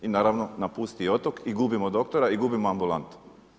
I naravno napusti otok i gubimo doktora i gubimo ambulantu.